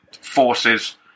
forces